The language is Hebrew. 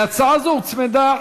להצעה זו הוצמדה